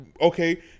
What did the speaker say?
Okay